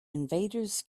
invaders